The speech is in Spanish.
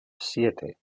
siete